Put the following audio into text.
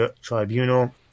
tribunal